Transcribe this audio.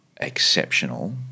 exceptional